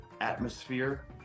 atmosphere